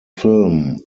film